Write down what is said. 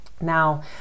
Now